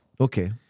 Okay